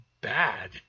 bad